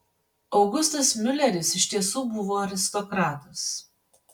augustas miuleris iš tiesų buvo aristokratas